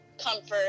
comfort